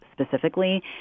specifically